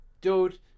Dude